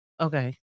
Okay